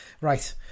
Right